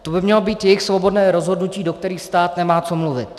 To by mělo být jejich svobodné rozhodnutí, do kterého stát nemá co mluvit.